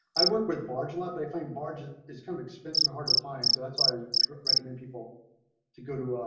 i worked with barge lap. i find barges, it's kind of expensive a hard to find. so that's why you recommend people to go to